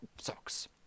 socks